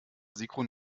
sigrun